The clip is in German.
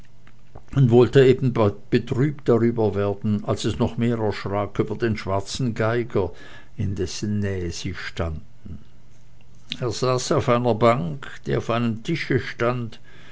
und wollte eben betrübt darüber werden als es noch mehr erschrak über den schwarzen geiger in dessen nähe sie standen er saß auf einer bank die auf einem tische stand